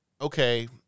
okay